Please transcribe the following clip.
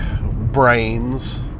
brains